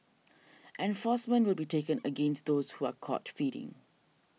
enforcement will be taken against those who are caught feeding